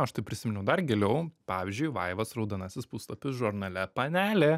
aš štai prisiminiau dar giliau pavyzdžiui vaivos raudonasis puslapis žurnale panelė